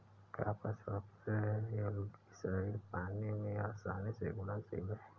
copper sulphate algicide पानी में आसानी से घुलनशील है